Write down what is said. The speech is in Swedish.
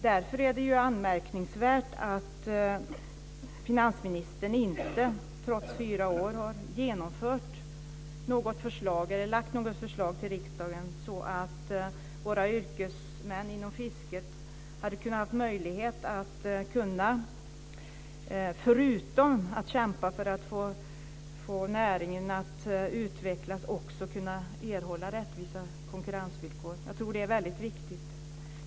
Det är anmärkningsvärt att finansministern trots fyra år inte har lagt fram något förslag för riksdagen, så att våra yrkesmän inom fisket haft möjlighet att erhålla rättvisa konkurrensvillkor, förutom att kämpa för att näringen utvecklas.